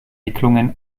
wicklungen